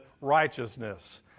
righteousness